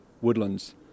woodlands